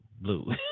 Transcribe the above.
blue